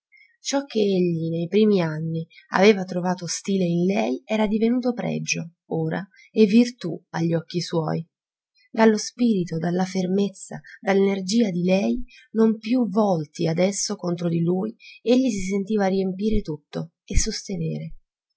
ciò che egli nei primi anni aveva trovato d'ostile in lei era divenuto pregio ora e virtù a gli occhi suoi dallo spirito dalla fermezza dall'energia di lei non più volti adesso contro di lui egli si sentiva riempire tutto e sostenere